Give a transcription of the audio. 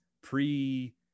pre